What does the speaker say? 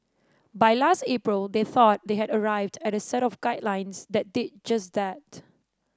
by last April they thought they had arrived at a set of guidelines that did just that